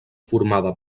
formada